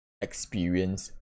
experience